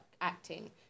acting